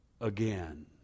again